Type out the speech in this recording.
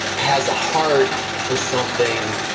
has a heart for something,